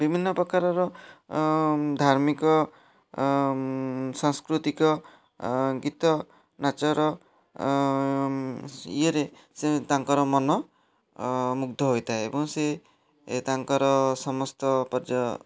ବିଭିନ୍ନ ପ୍ରକାରର ଧାର୍ମିକ ସଂସ୍କୁତିକ ଗୀତ ନାଚର ଇଏରେ ସିଏ ତାଙ୍କର ମନ ମୁଗ୍ଧ ହୋଇଥାଏ ଏବଂ ସିଏ ତାଙ୍କର ସମସ୍ତ ପର୍ଯ୍ୟ